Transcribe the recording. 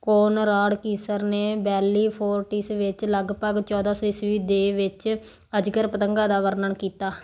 Konrad Kyeser ਨੇ Bellifortis ਵਿੱਚ ਲੱਗਭਗ ਚੌਦ੍ਹਾਂ ਸੌ ਈਸਵੀ ਦੇ ਵਿੱਚ ਅਜਗਰ ਪਤੰਗਾਂ ਦਾ ਵਰਣਨ ਕੀਤਾ